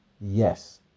yes